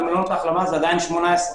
במלונות ההחלמה זה עדיין 18,